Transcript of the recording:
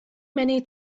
many